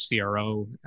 CRO